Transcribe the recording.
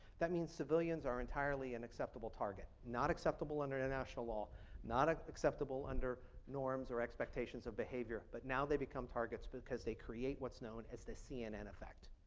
that means civilians are entirely and unacceptable target. not acceptable under international law not ah acceptable under norms or expectations of behavior but now they become targets because they create what's known as the cnn effect.